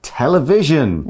television